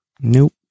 Nope